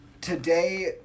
today